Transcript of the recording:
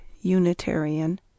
Unitarian